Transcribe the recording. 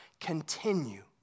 continue